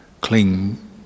cling